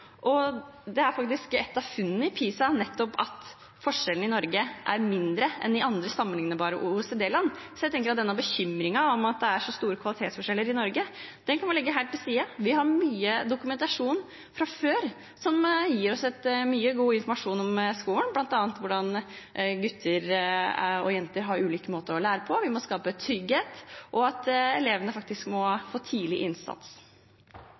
Det er faktisk et av funnene i PISA nettopp at forskjellene i Norge er mindre enn i andre, sammenlignbare OECD-land. Så jeg tenker at denne bekymringen for at det er så store kvalitetsforskjeller i Norge, kan vi legge helt til side. Vi har mye dokumentasjon fra før som gir oss mye god informasjon om skolen, bl.a. hvordan gutter og jenter har ulike måter å lære på, at vi må skape trygghet, og at det faktisk må settes inn tidlig innsats